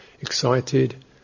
excited